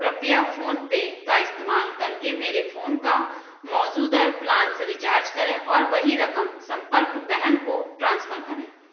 कृपया फ़ोन पे का इस्तेमाल करके मेरे फ़ोन का मौजूदा प्लान से रिचार्ज करें और वही रकम संपर्क बहन को ट्रांसफ़र करें